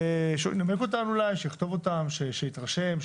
שיכתבו שהתרשם,